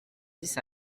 dix